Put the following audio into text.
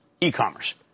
e-commerce